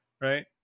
right